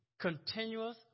continuous